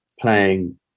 playing